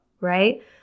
right